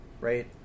right